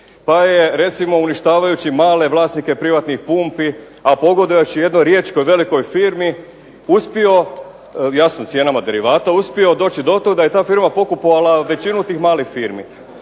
Pa je recimo uništavajući male vlasnike privatnih pumpi, a pogodujući jednoj riječkoj velikoj firmi uspio, jasno cijenama derivata, uspio doći do toga da je ta firma pokupovala većinu tih malih firmi.